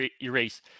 erase